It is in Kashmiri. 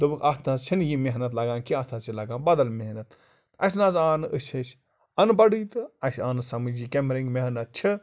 دوٚپُکھ اَتھ نہٕ حظ چھَنہٕ یہِ محنت لَگان کیٚنٛہہ اَتھ حظ چھِ لَگان بَدَل محنت اَسہِ نہٕ حظ آو نہٕ أسۍ ٲسۍ اَنپَڑٕے تہٕ اَسہِ آو نہٕ سَمٕج یہِ کیٚمۍ رٔنٛگۍ محنت چھِ